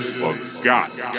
forgot